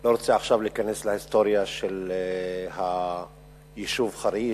לא רוצה להיכנס עכשיו להיסטוריה של היישוב חריש,